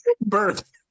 Birth